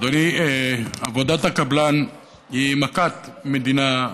אדוני, עבודת הקבלן היא מכת מדינה,